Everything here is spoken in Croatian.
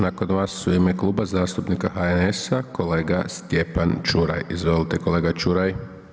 Nakon vas, u ime Kluba zastupnika HNS-a kolega Stjepan Čuraj, izvolite kolega Čuraj.